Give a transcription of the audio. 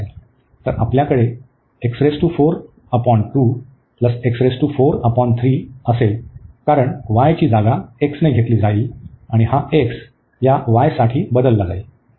तर आपल्याकडेअसेल कारण y ची जागा x ने घेतली जाईल आणि हा एक्स y साठी बदलला जाईल